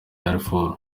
darfur